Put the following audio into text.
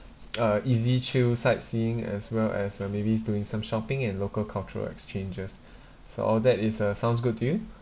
uh easy chill sightseeing as well as uh maybe doing some shopping and local cultural exchanges so all that is uh sounds good to you